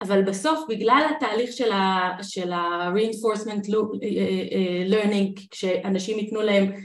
אבל בסוף בגלל התהליך של ה reinforcement learning כשאנשים ייתנו להם